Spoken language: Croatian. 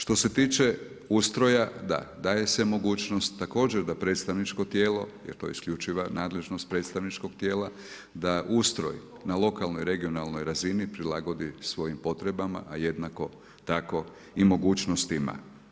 Što se tiče ustroja da, daje se mogućnost da predstavničko tijelo jer to je isključiva nadležnost predstavničkog tijela, da ustroj na lokalnoj, regionalnoj razini prilagodi svojim potrebama, a jednako tako i mogućnostima.